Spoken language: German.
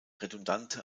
redundante